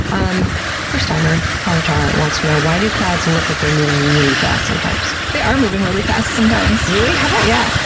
um first-timer paulina tarr wants to know why do clouds and look like they're moving really fast sometimes? they are moving really fast sometimes! really? how yeah